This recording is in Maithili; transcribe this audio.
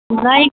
नहि